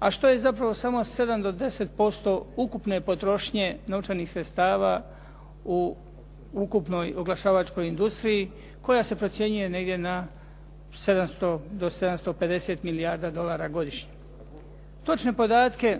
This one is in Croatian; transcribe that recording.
a što je zapravo samo 7 do 10% ukupne potrošnje novčanih sredstava u ukupnoj oglašavačkoj industriji koja se procjenjuje negdje na 700 do 750 milijarda dolara godišnje. Točne podatke